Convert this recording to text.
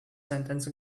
sentence